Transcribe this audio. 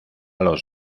los